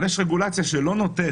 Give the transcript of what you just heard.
אבל יש רגולציה שלא נותנת,